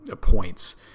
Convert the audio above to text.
points